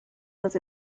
was